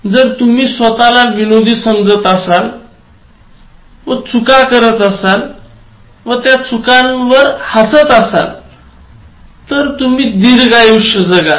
जर तुम्ही स्वतःला विनोदी समजत असाल चुका करत असाल व त्या चुकांवर हसत असाल तर तुम्ही दीर्घायुष्य जगाल